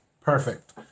Perfect